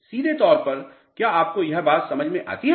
सीधे तौर पर क्या आपको यह बात समझ में आती है